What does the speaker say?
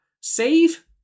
Save